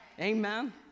Amen